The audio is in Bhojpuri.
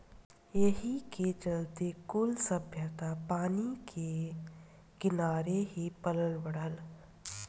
एही के चलते कुल सभ्यता पानी के किनारे ही पलल बढ़ल